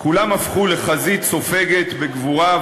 כולם הפכו לחזית סופגת בגבורה,